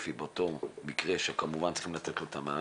ספציפי באותו מקרה שכמובן צריכים לתת לו את המענה,